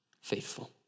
faithful